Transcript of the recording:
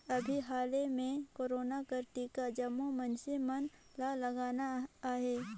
अभीं हाले में कोरोना कर टीका जम्मो मइनसे मन ल लगत अहे